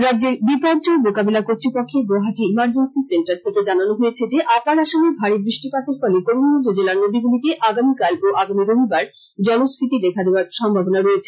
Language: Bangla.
রাজ্যের বিপর্যয় মোকাবিলা কর্তৃপক্ষের গৌহাটী ইমারজেন্সি সেন্টার থেকে জানানো হয়েছে যে আপার আসামে ভারী বৃষ্টিপাতের ফলে করিমগঞ্জ জেলার নদীগুলিতে আগামীকাল ও আগামী রবিবার জলস্ফীতি দেখা দেবার সম্ভাবনা রয়েছে